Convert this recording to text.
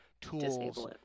tools